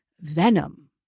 venom